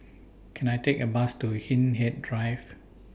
Can I Take A Bus to Hindhede Drive